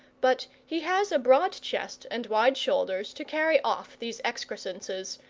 but he has a broad chest and wide shoulders to carry off these excrescences,